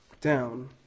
down